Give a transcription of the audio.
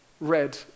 red